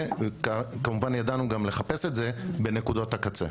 וכמובן ידענו גם לחפש את זה בנקודות הקצה.